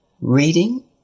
reading